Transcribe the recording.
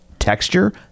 Texture